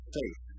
faith